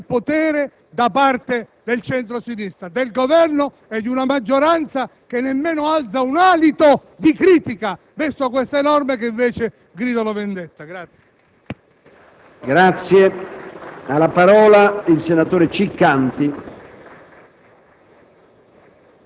a quest'arroganza del potere da parte del centro-sinistra, del Governo e di una maggioranza che nemmeno alza un alito di critica verso queste norme che gridano vendetta.